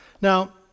Now